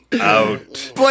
out